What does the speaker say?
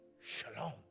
Shalom